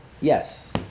yes